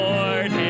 Lord